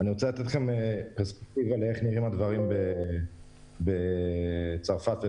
אני רוצה לתת לכם תמונת מראה לגבי צורת ההתנהלות בצרפת ובאנגליה.